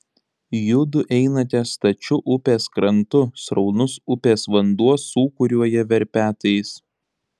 judu einate stačiu upės krantu sraunus upės vanduo sūkuriuoja verpetais